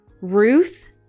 Ruth